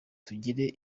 tugire